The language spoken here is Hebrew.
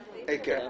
כן.